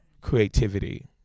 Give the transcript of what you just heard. Creativity